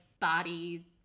body